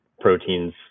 proteins